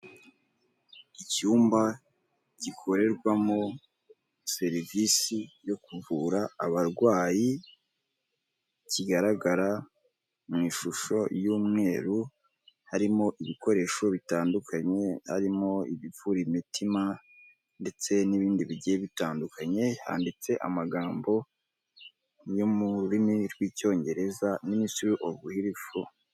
Icyapa kiri mu amabara y'umweru handitseho amagambo atandukanye ari mu ibara ry'icyatsi ndetse n'andi y'ama mabara y'umuhondo, n'andi arimo ibara ry'ubururu ndetse n'indi mibabara y'umutuku.